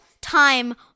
time